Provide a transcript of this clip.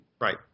Right